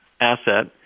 asset